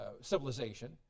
civilization